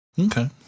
Okay